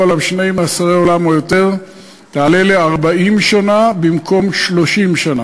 עליו שני מאסרי עולם או יותר תעלה ל-40 שנה במקום 30 שנה.